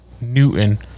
Newton